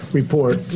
report